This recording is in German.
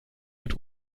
mit